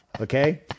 okay